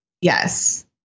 Yes